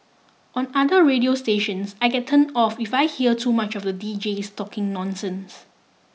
on other radio stations I get turned off if I hear too much of the deejays talking nonsense